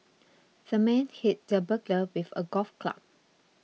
the man hit the burglar with a golf club